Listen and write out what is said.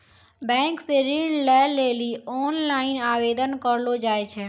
bank से ऋण लै लेली ओनलाइन आवेदन करलो जाय छै